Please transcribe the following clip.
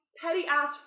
petty-ass